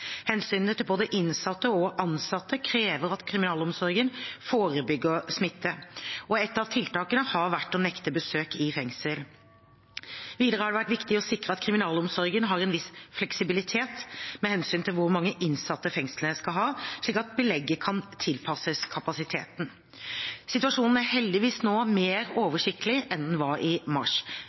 Hensynet til både innsatte og ansatte krever at kriminalomsorgen forebygger smitte. Et av tiltakene har vært å nekte besøk i fengsel. Videre har det vært viktig å sikre at kriminalomsorgen har en viss fleksibilitet med hensyn til hvor mange innsatte fengslene skal ha, slik at belegget kan tilpasses kapasiteten. Situasjonen er heldigvis nå mer oversiktlig enn den var i mars,